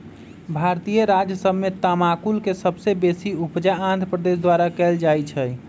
भारतीय राज्य सभ में तमाकुल के सबसे बेशी उपजा आंध्र प्रदेश द्वारा कएल जाइ छइ